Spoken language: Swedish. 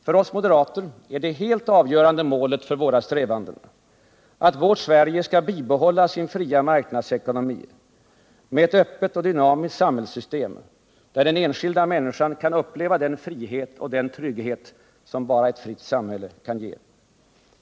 För oss moderater är det helt avgörande målet för våra strävanden att vårt Sverige skall bibehålla sin fria marknadsekonomi med ett öppet och dynamiskt samhällssystem, där den enskilda människan kan uppleva den frihet och den trygghet som bara ett fritt samhälle kan ge.